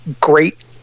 great